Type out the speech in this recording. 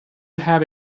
have